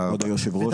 כבוד היו"ר,